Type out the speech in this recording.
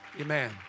Amen